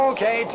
Okay